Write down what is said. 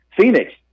Phoenix